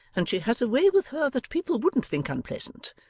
and she has a way with her that people wouldn't think unpleasant,